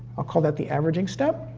i'll call that the averaging step.